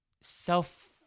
self